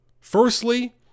firstly